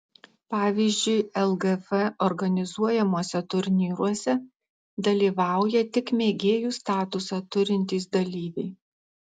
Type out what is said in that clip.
pavyzdžiui lgf organizuojamuose turnyruose dalyvauja tik mėgėjų statusą turintys dalyviai